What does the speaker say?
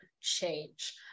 change